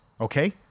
Okay